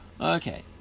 Okay